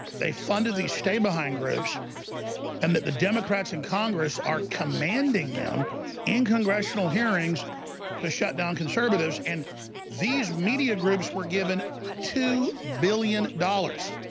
they funded these stay behind groups and that the democrats in congress are commanding them in congressional hearings to shut down conservatives and these media groups were given two billion dollars